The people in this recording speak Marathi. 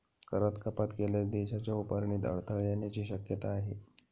करात कपात केल्यास देशाच्या उभारणीत अडथळा येण्याची शक्यता आहे